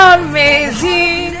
amazing